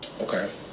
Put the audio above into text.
Okay